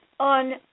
on